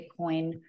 Bitcoin